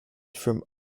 from